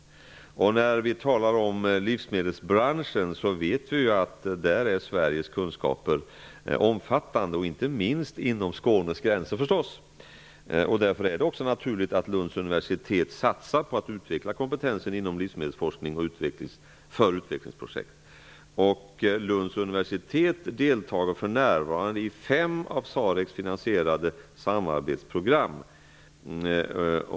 Jag är glad över att Kenneth Lantz tyckte att det var positivt. Vi vet att Sverige har omfattande kunskaper om livsmedelsbranschen. Inte minst finns denna kunskap inom Skånes gränser -- förstås. Därför är det naturligt att Lunds universitet satsar på att utveckla kompetensen inom livsmedelsforskning för utvecklingsprojekt. Lunds universitet deltar för närvarande i fem av SAREC:s finansierade samarbetsprogram.